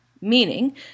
Meaning